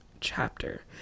chapter